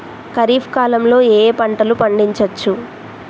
ఖరీఫ్ కాలంలో ఏ ఏ పంటలు పండించచ్చు?